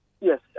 Yes